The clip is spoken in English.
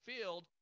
field